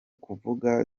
kuvuga